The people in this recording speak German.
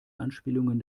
anspielungen